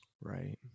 right